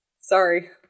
Sorry